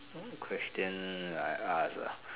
what question I ask ah